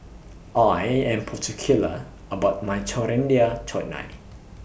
I Am particular about My Coriander Chutney